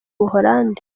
buholandi